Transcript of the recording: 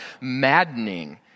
maddening